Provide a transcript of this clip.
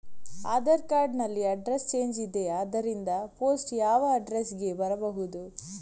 Aadhaar card ನಲ್ಲಿ address change ಇದೆ ಆದ್ದರಿಂದ ಪೋಸ್ಟ್ ಯಾವ ಅಡ್ರೆಸ್ ಗೆ ಬರಬಹುದು?